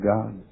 God